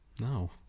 no